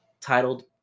titled